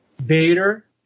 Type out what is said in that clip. Vader